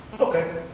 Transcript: Okay